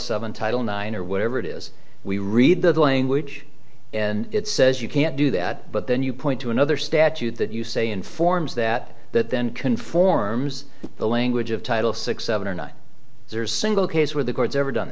seven title nine or whatever it is we read the language and it says you can't do that but then you point to another statute that you say informs that that then conforms to the language of title six seven or nine there's a single case where the court's ever done